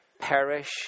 perish